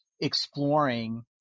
exploring